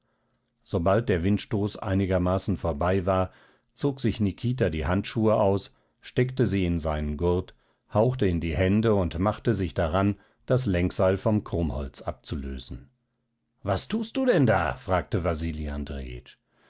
sobald der windstoß einigermaßen vorbei war zog sich nikita die handschuhe aus steckte sie in seinen gurt hauchte in die hände und machte sich daran das lenkseil vom krummholz abzulösen was tust du denn da fragte